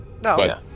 No